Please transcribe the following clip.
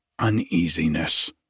uneasiness